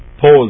pause